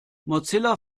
mozilla